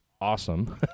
awesome